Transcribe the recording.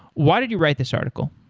why did you write this article?